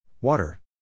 Water